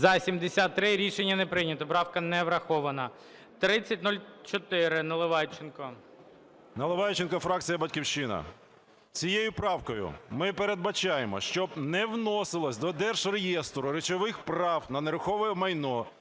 За-73 Рішення не прийнято. Правка не врахована. 3004, Наливайченко. 16:36:56 НАЛИВАЙЧЕНКО В.О. Наливайченко, фракція "Батьківщина". Цією правкою ми передбачаємо, щоб не вносились до Держреєстру речових прав на нерухоме майно,